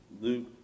Luke